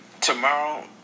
Tomorrow